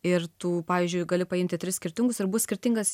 ir tų pavyzdžiui gali paimti tris skirtingus ir bus skirtingas